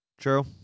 true